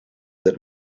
that